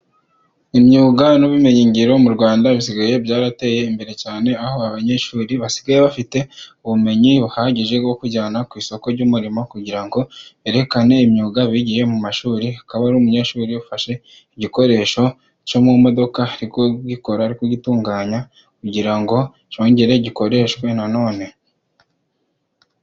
Imyuga n'ubumenyingiro mu Rwanda, bisigaye byarateye imbere cyane aho abanyeshuri basigaye bafite ubumenyi buhagije bwo kujyana ku isoko ry'umurimo, kugira ngo berekane imyuga bigiye mu mashuri, akaba ari umunyeshuri ufashe igikoresho cyo mu modoka, ari kugikora kugitunganya kugira ngo cyongere gikoreshwe nanone.